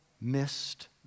missed